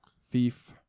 Thief